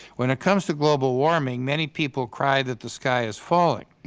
when it comes to global warming, many people cry that the sky is falling.